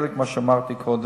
חלק זה מה שאמרתי קודם,